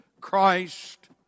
Christ